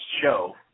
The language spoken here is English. show